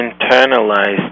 internalized